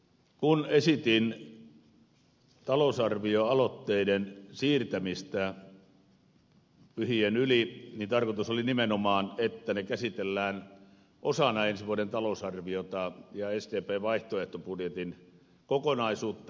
kun esitin talousarvioaloitteiden siirtämistä pyhien yli niin tarkoitus oli nimenomaan että ne käsitellään osana ensi vuoden talousarviota ja sdpn vaihtoehtobudjetin kokonaisuutta